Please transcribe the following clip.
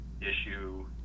issue